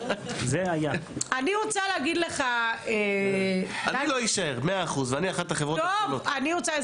אני רוצה להגיד לך, גיא --- זה היה.